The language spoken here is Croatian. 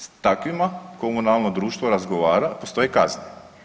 S takvima komunalno društvo razgovara i postoje kazne.